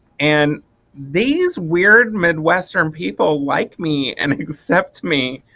and these weird midwestern people like me and accept me.